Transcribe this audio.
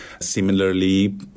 Similarly